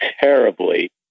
terribly